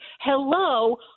Hello